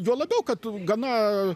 juo labiau kad gana